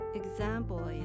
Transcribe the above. example